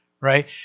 right